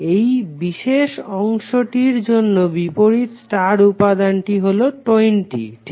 এই বিশেষ অংশটির জন্য বিপরীত স্টার উপাদানটি হলো 20 ঠিক